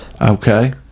Okay